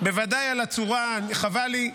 בוודאי על הצורה חבל לי.